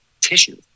tissue